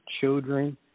children